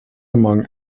among